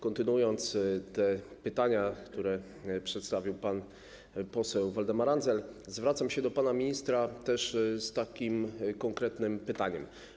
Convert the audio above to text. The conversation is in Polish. Kontynuując te pytania, które przedstawił pan poseł Waldemar Andzel, zwracam się do pana ministra z takim konkretnym pytaniem.